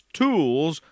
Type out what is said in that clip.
tools